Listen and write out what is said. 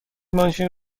ماشین